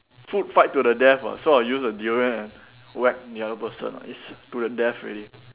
food fight to the death [what] so I'll use a durian as whack the other person it's to the death already